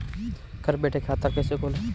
घर बैठे खाता कैसे खोलें?